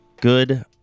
Good